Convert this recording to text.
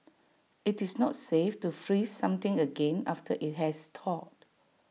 IT is not safe to freeze something again after IT has thawed